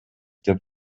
деп